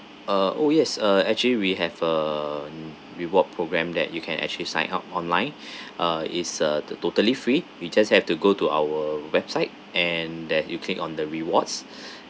uh oh yes uh actually we have a reward program that you can actually sign up online uh is a to~ totally free you just have to go to our website and that you click on the rewards